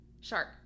Shark